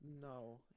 No